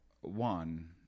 one